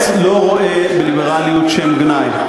בהחלט לא רואה בליברליות שם גנאי.